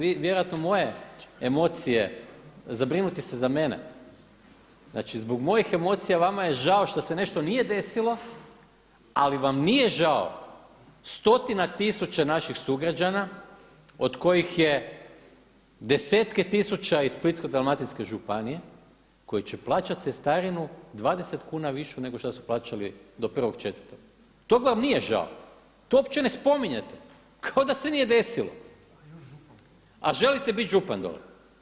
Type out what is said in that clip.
Vi vjerojatno moje emocije zabrinuti ste za mene, znači zbog mojih emocija vama je žao što se nešto nije desilo, ali vam nije žao stotina tisuća naših sugrađana od kojih je desetke tisuća iz Splitsko-dalmatinske županije koji će plaćati cestarinu 20 kuna višu nego šta su plaćali do 1.4. tog vam nije žao, to uopće ne spominjete, kao da se nije desilo, a želite biti župan dole.